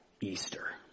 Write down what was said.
Easter